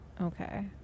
Okay